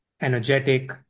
energetic